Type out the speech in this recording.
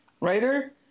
writer